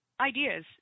Ideas